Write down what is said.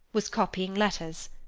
was copying letters.